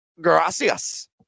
Gracias